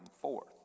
forth